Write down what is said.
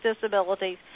disabilities